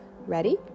Ready